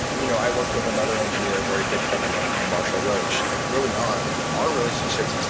you know i worked with another engineer, a very good friend of mine named marshall roach. and early on, our relationship,